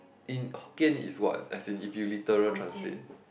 in hokkien is what as in if you literal translate